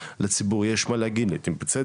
לציבור יש מה להגיד ובצדק,